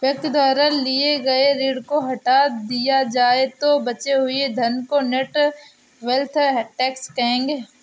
व्यक्ति द्वारा लिए गए ऋण को हटा दिया जाए तो बचे हुए धन को नेट वेल्थ टैक्स कहेंगे